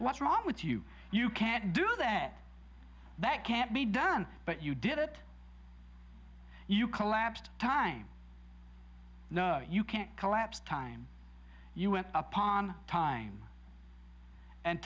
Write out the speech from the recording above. what's wrong with you you can't do that that can't be done but you did it you collapsed time no you can't collapse time you were upon time and